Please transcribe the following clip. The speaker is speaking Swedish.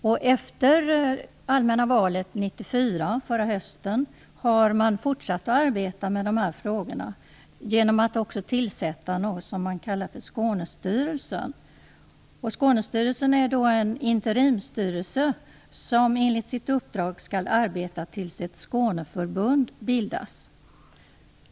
Efter det allmänna valet förra hösten har man fortsatt att arbeta med dessa frågor genom att tillsätta något som man kallar för Skånestyrelsen. Skånestyrelsen är en interimstyrelse som enligt sitt uppdrag skall arbeta tills ett Skåneförbund bildas.